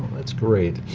that's great.